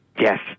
Yes